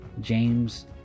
James